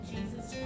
Jesus